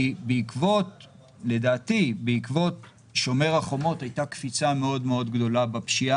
כי לדעתי בעקבות שומר החומות הייתה קפיצה גדולה מאוד בפשיעה,